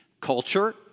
culture